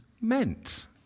meant